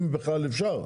אם בכלל אפשר,